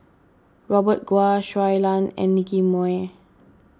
Robert Goh Shui Lan and Nicky Moey